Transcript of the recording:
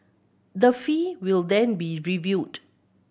the fee will then be reviewed